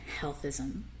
healthism